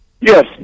Yes